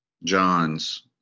john's